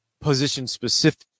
position-specific